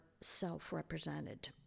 self-represented